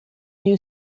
new